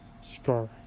Scar